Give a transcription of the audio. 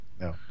No